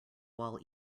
wall